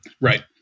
Right